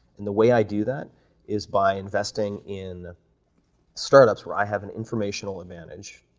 and the way i do that is by investing in startups where i have an informational advantage,